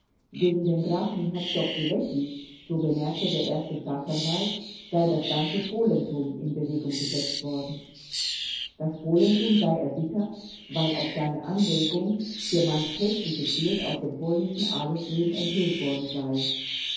gegen den grafen hektor kwilecki so bemerkte der erste staatsanwalt sei das ganze polentum in bewegung gesetzt worden das polentum sei erbittert weil auf seine anregung hier manch häßliches bild aus dem polnischen adelsleben enthüllt worden sei